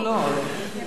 לא, לא, לא.